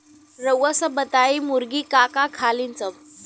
रउआ सभ बताई मुर्गी का का खालीन सब?